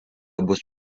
bus